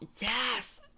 Yes